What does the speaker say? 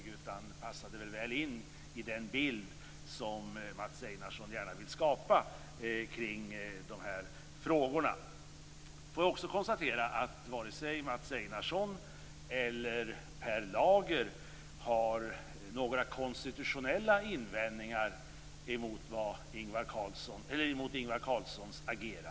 Men den passade väl in i den bild som Mats Einarsson gärna vill skapa kring de här frågorna. Låt mig också konstatera att varken Mats Einarsson eller Per Lager har några konstitutionella invändningar emot Ingvar Carlssons agerande i de här frågorna.